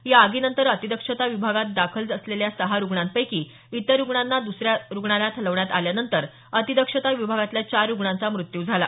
या आगीनंतर अतिदक्षता विभागात दाखल असलेल्या सहा रुग्णांसह इतर रुग्णांना दुसऱ्या रुग्णालयात हलवण्यात आल्यानंतर अतिदक्षता विभागातल्या चार रुग्णांचा मृत्यू झाला